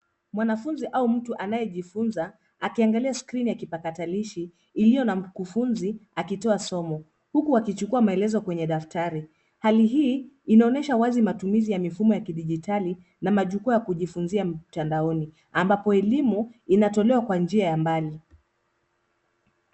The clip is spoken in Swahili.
Mwanafunzi au mtu anayejifunza akiangalia skrini ya kipatakalishi iliyo na mkufunzi akitoa somo, huku akichukua maelezo kwenye daftari. Hali hii inaonyesha wazi matumizi ya mifumo ya kidijitali na majukwa ya kujifunzia mtandaoni ambapo elimu inatolewa kwa njia ya mbali.